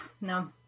no